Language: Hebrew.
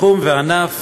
תחום וענף